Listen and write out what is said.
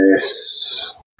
Yes